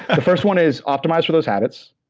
the first one is optimize for those habits.